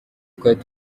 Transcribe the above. twari